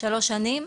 שלוש שנים.